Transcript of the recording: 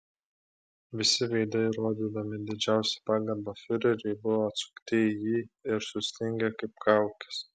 visi veidai rodydami didžiausią pagarbą fiureriui buvo atsukti į jį ir sustingę kaip kaukės